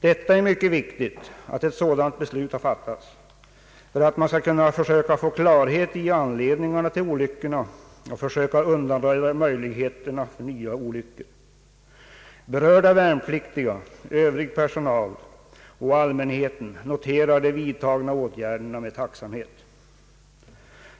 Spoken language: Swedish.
Det är mycket viktigt att ett sådant beslut har fattats för att man skall kunna få klarhet i anledningarna till olyckorna och försöka undanröja möjligheter för nya olyckor. Berörda värnpliktiga, övrig militär personal och allmänheten noterar de vidtagna åtgärderna med tacksamhet.